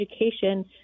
education